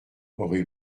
rue